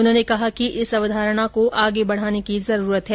उन्होंने कहा कि इस अवधारणा को आगे बढाने की जरूरत है